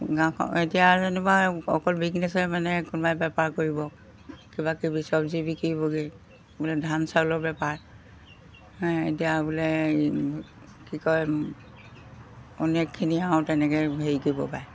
গাঁওখন এতিয়া আৰু যেনিবা অকল বিজনেচই মানে কোনোবাই বেপাৰ কৰিব কিবা কিবি চব্জি বিকিবগৈ বোলে ধান চাউলৰ বেপাৰ এতিয়া বোলে কি কয় অনেকখিনি আৰু তেনেকৈ হেৰি কৰিব পাৰে